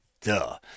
duh